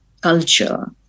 culture